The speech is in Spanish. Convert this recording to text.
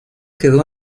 quedó